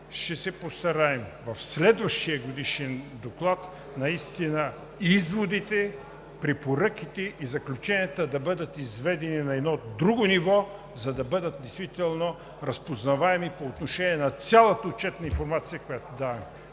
ще се постараем в следващия годишен доклад наистина изводите, препоръките и заключенията да бъдат изведени на едно друго ниво, за да бъдат действително разпознаваеми по отношение на цялата отчетна информация, която даваме.